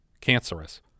cancerous